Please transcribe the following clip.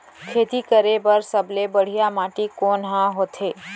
खेती करे बर सबले बढ़िया माटी कोन हा होथे?